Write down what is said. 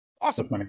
Awesome